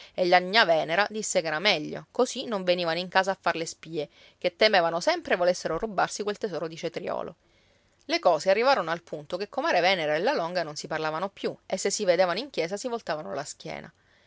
e la gnà venera disse che era meglio così non venivano in casa a far le spie che temevano sempre volessero rubarsi quel tesoro di cetriolo le cose arrivarono al punto che comare venera e la longa non si parlavano più e se si vedevano in chiesa si voltavano la schiena